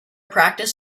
practice